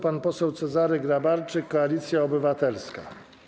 Pan poseł Cezary Grabarczyk, Koalicja Obywatelska.